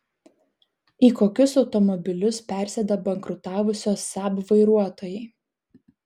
į kokius automobilius persėda bankrutavusio saab vairuotojai